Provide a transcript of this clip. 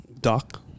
Doc